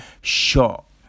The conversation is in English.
shot